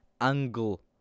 angle